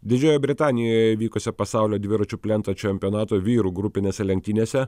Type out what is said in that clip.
didžiojoje britanijoje vykusio pasaulio dviračių plento čempionato vyrų grupinėse lenktynėse